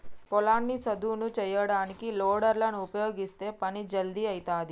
పొలాన్ని సదును చేయడానికి లోడర్ లను ఉపయీగిస్తే పని జల్దీ అయితది